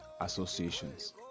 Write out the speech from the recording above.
associations